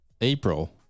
April